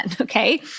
okay